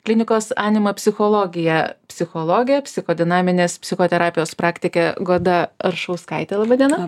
klinikos anima psichologija psichologė psichodinaminės psichoterapijos praktikė goda aršauskaitė laba diena